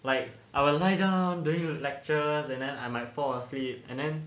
like I will lie down during lectures and then I might fall asleep and then